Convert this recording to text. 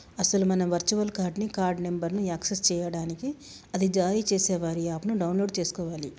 అసలు మనం virtual card ని కార్డు నెంబర్ను యాక్సెస్ చేయడానికి అది జారీ చేసే వారి యాప్ ను డౌన్లోడ్ చేసుకోవాలి